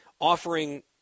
offering